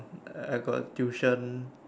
I I got tuition